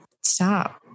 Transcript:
stop